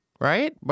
Right